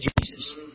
Jesus